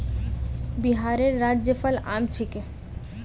बिहारेर राज्य फल आम छिके